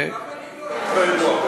גם אני לא הייתי באירוע.